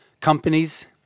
companies